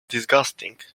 disgusting